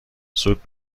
زود